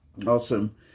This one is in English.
Awesome